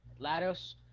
Lados